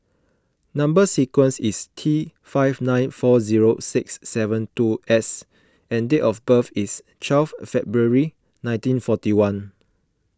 Number Sequence is T five nine four zero six seven two S and date of birth is twelve February nineteen forty one